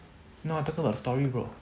no I talking about the story bro